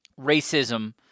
racism